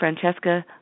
Francesca